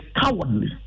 cowardly